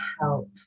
help